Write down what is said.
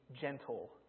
gentle